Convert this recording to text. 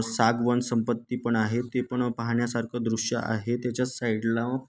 सागवन संपत्ती पण आहे ते पण पाहण्यासारखं दृश्य आहे त्याच्या साईडला